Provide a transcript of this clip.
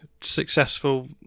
successful